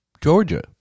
georgia